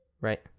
Right